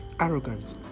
arrogant